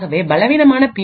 ஆகவே பலவீனமான பி